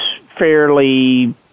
fairly